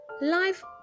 Life